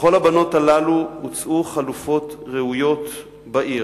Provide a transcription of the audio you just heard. לכל הבנות הללו הוצעו חלופות ראויות בעיר.